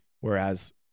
Whereas